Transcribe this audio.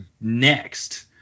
Next